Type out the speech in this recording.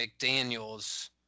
McDaniels